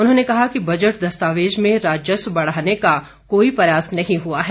उन्होंने कहा कि बजट दस्तावेज में राजस्व बढ़ाने का कोई प्रयास नहीं हुआ है